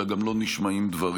אלא גם לא נשמעים דברים.